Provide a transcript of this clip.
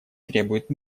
требует